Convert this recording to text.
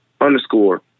underscore